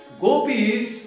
Gopis